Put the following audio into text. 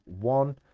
one